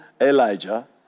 Elijah